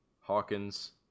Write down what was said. Hawkins